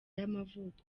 y’amavuko